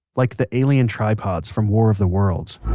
like the alien tripods from war of the worlds